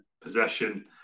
possession